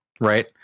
Right